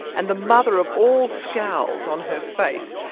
and the mother of all scowls on her face.